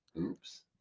Oops